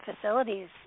facilities